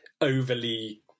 overly